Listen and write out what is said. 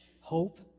hope